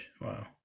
wow